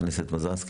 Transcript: חברת הכנסת מזרסקי?